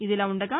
ఇదిలా ఉండగా